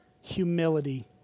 humility